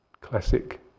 classic